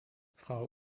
frau